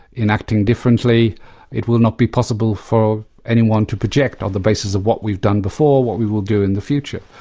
in acting differently it will not be possible for anyone to project on the basis of what we've done before, what we will do in the future.